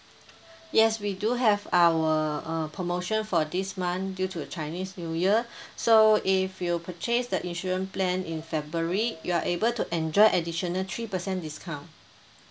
yes we do have our uh promotion for this month due to the chinese new year so if you purchase the insurance plan in february you are able to enjoy additional three percent discount